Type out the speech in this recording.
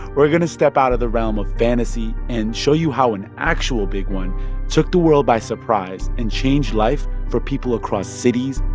we're going to step out of the realm of fantasy and show you how an actual big one took the world by surprise and changed life for people across cities,